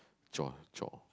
chore chore